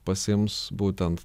pasiims būtent